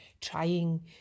trying